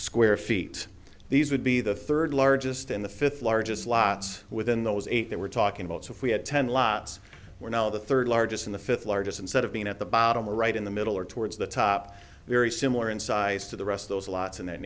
square feet these would be the third largest in the fifth largest lots within those eight that we're talking about so if we had ten lots we're now the third largest in the fifth largest instead of being at the bottom right in the middle or towards the top very similar in size to the rest those lots in